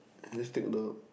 at least take the